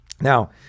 Now